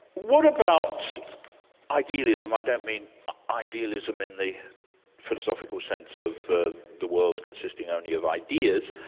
what about idealism? i don't mean idealism in the philosophical sense of the the world consisting only of ideas,